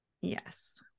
Yes